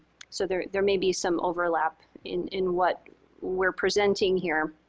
so there there may be some overlap in in what we're presenting here.